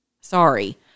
Sorry